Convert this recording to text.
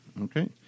Okay